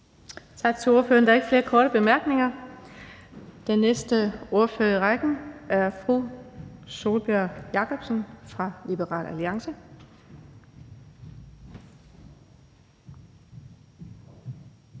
Tak til ordføreren. Der er ikke flere korte bemærkninger. Den næste ordfører i rækken er fru Sólbjørg Jakobsen fra Liberal Alliance.